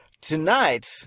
tonight